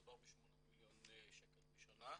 מדובר בשמונה מיליון שקלים בשנה,